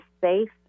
safe